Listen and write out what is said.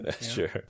Sure